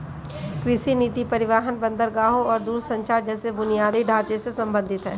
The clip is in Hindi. कृषि नीति परिवहन, बंदरगाहों और दूरसंचार जैसे बुनियादी ढांचे से संबंधित है